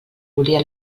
volia